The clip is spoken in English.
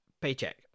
Paycheck